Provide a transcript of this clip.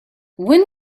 when